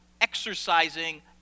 exercising